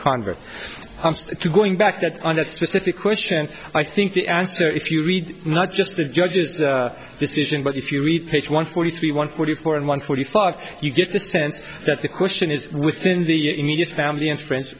converts to going back that on that specific question i think the answer if you read not just the judge's decision but if you read page one forty three one forty four and one forty five you get the sense that the question is within the immediate family and friends